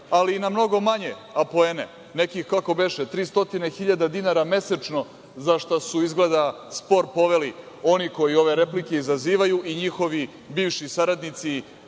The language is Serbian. ali i na mnogo manje apoene nekih, kako beše, 300 hiljada dinara mesečno, zašta su izgleda spor poveli oni koji ove replike izazivaju i njihovi bivši saradnici